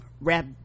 rap